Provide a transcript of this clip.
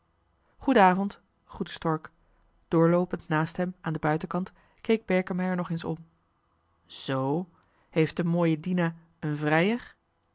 geienavond groette stork doorloopend naast hem aan den buitenkant keek berkemeier nog eens om zoo heeft de mooie dina en vrijer